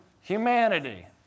humanity